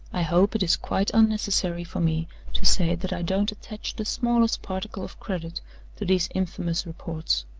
i hope it is quite unnecessary for me to say that i don't attach the smallest particle of credit to these infamous reports.